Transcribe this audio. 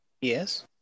Yes